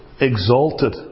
Exalted